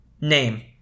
name